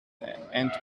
and